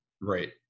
Right